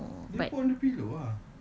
I know but